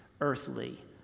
earthly